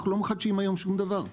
אנחנו לא מחדשים היום שום דבר.